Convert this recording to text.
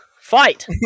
Fight